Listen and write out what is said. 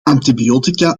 antibiotica